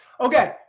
Okay